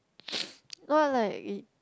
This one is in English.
not like in